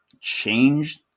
change